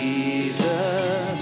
Jesus